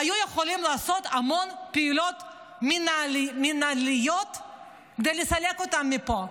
היו יכולים לעשות המון פעולות מינהליות כדי לסלק אותם מפה.